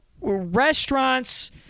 restaurants –